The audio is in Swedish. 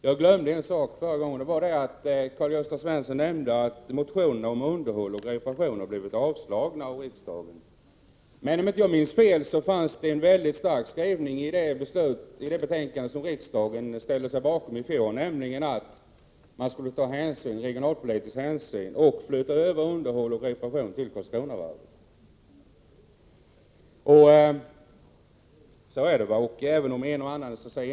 Herr talman! Jag glömde en sak i mitt förra inlägg. Karl-Gösta Svenson nämnde att motionerna om underhåll och reparationer blivit avslagna av riksdagen. Men om jag inte minns fel fanns det en mycket stark skrivning i det betänkande som riksdagen ställde sig bakom i fjol, nämligen att man skulle ta regionalpolitiska hänsyn och flytta över underhåll och reparationer till Karlskronavarvet. Även om några enstaka motioner blivit avslagna, är det i Prot.